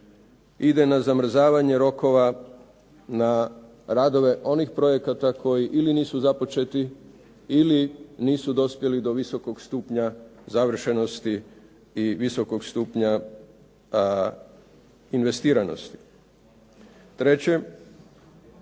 ide na zamrzavanje rokova, na radove onih projekata koji ili nisu započeti ili nisu dospjeli do visokog stupnja završenosti i visokog stupnja investiranosti. Treće,